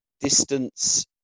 distance